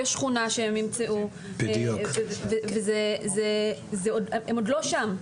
השכונה בה ימצאו דירה והם עוד לא שם.